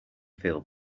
feel